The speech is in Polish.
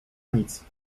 nic